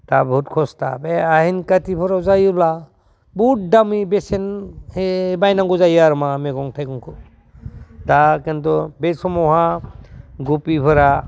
दा बहुद खस्था बे आहिन कातिफोराव जायोब्ला बहुद दामि बेसेनहै बायनांगौ जायो आरो मा मैगं थाइगंखौ दा खिन्थु बे समावहा गबिफोरा